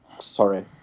Sorry